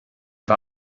war